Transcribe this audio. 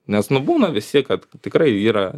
nes nu būna visi kad tikrai yra